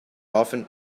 often